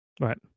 Right